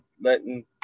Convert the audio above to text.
letting